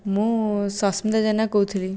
ମୁଁ ସସ୍ମିତା ଜେନା କହୁଥିଲି